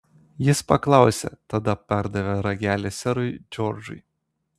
jis paklausė tada perdavė ragelį serui džordžui